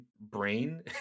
brain